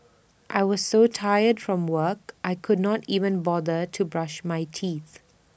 I was so tired from work I could not even bother to brush my teeth